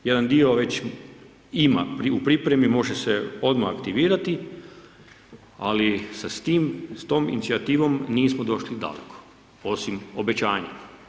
Jedan dio već ima u pripremi, može se odmah aktivirati ali sa tom inicijativom nismo došli daleko osim obećanja.